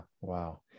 Wow